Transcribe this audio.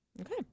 Okay